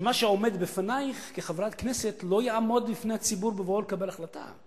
שמה שעומד בפנייך כחברת כנסת לא יעמוד בפני הציבור בבואו לקבל החלטה.